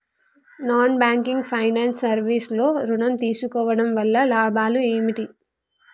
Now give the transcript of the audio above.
Non banking finance service లో ఋణం తీసుకోవడం వల్ల లాభాలు ఏమిటి?